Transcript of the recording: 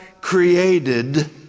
created